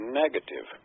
negative